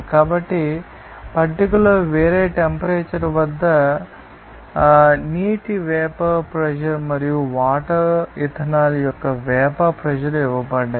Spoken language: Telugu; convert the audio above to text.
కాబట్టి పట్టికలో వేరే టెంపరేచర్ వద్ద నీటి వేపర్ ప్రెషర్ మరియు వాటర్ ఇథనాల్ యొక్క వేపర్ ప్రెషర్ ఇవ్వబడ్డాయి